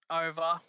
over